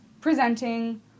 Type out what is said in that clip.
presenting